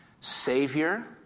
Savior